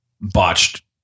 botched